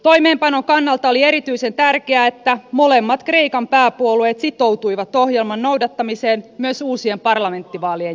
toimeenpanon kannalta oli erityisen tärkeää että molemmat kreikan pääpuolueet sitoutuivat ohjelman noudattamiseen myös uusien parlamenttivaalien jälkeen